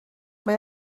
mae